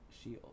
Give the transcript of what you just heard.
shield